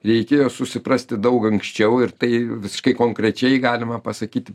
reikėjo susiprasti daug anksčiau ir tai visiškai konkrečiai galima pasakyt